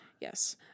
Yes